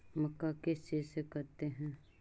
मक्का किस चीज से करते हैं?